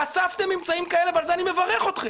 חשפתם ממצאים כאלה ועל זה אני מברך אתכם,